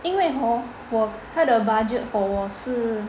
因为 hor 他的 budget for 我是